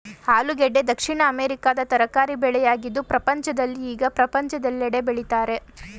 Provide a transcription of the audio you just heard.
ಆಲೂಗೆಡ್ಡೆ ದಕ್ಷಿಣ ಅಮೆರಿಕದ ತರಕಾರಿ ಬೆಳೆಯಾಗಿದ್ದು ಪ್ರಪಂಚದಲ್ಲಿ ಈಗ ಪ್ರಪಂಚದೆಲ್ಲೆಡೆ ಬೆಳಿತರೆ